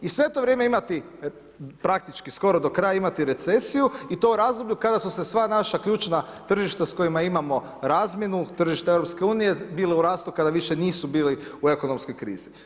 I sve to vrijeme imati praktički, skoro do kraja imati recesiju i to u razdoblju kada su se sva naša ključna tržišta s kojima imamo razmjenu, tržišta EU bili u rastu kada više nisu bili u ekonomskoj krizi.